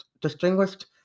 distinguished